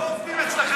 אנחנו לא עובדים אצלכם